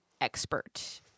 expert